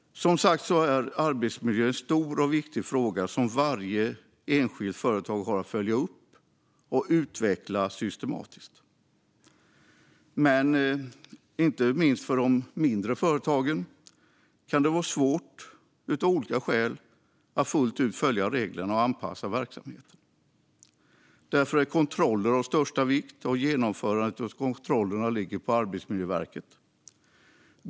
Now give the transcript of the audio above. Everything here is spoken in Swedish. Som sagt var är arbetsmiljö en stor och viktig fråga som varje enskilt företag har att följa upp och utveckla systematiskt. Men inte minst för de mindre företagen kan det av olika skäl vara svårt att fullt ut följa reglerna och anpassa verksamheten. Därför är kontroller av största vikt, och genomförandet av kontrollerna ligger hos Arbetsmiljöverket.